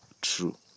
true